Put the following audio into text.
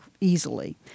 easily